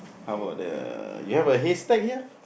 how about the you are hashtag here